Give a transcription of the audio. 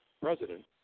president